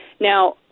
Now